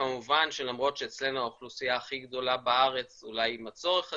כמובן שלמרות שאצלנו האוכלוסייה הכי גדולה בארץ אולי עם הצורך הזה,